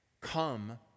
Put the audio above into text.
come